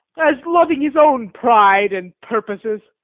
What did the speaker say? as loving his own pride and purposes,